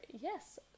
yes